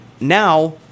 now